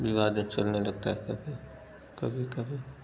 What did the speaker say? विवादें चलने लगता है तभी कभी कभी